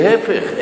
להיפך,